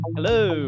Hello